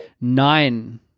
nine